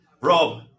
Rob